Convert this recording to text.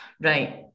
Right